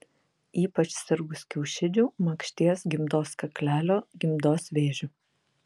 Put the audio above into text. ypač sirgus kiaušidžių makšties gimdos kaklelio gimdos vėžiu